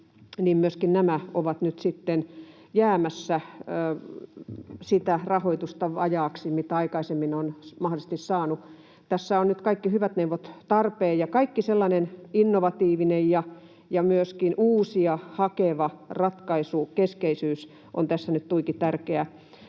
jäämässä vajaaksi siitä rahoituksesta, mitä aikaisemmin ovat mahdollisesti saaneet. Tässä ovat nyt kaikki hyvät neuvot tarpeen, ja kaikki sellainen innovatiivinen ja myöskin uutta hakeva ratkaisukeskeisyys on tässä nyt tuiki tärkeää.